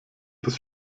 bis